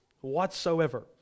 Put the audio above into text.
whatsoever